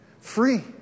Free